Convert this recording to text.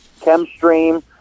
Chemstream